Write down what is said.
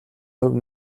хувь